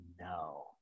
no